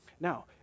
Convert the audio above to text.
Now